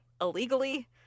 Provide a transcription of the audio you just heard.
illegally